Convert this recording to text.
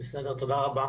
המעסיק משכן אותם,